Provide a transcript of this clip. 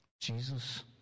Jesus